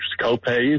co-pays